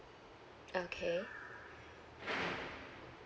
okay